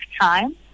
Time